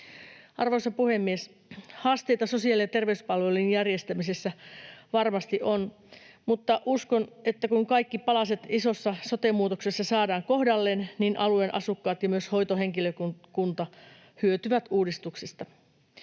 Arvoisa puhemies! Haasteita sosiaali- ja terveyspalvelujen järjestämisessä varmasti on, mutta uskon, että kun kaikki palaset isossa sote-muutoksessa saadaan kohdalleen, niin alueen asukkaat ja myös hoitohenkilökunta hyötyvät uudistuksista.